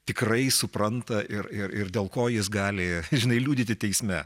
tikrai supranta ir ir ir dėl ko jis gali žinai liudyti teisme